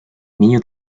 niño